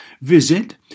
Visit